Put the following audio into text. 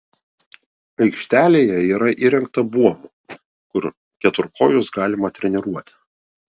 aikštelėje yra įrengta buomų kur keturkojus galima treniruoti